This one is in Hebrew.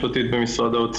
אפשר להגיד מילה?